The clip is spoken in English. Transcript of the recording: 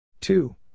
Two